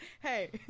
Hey